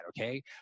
Okay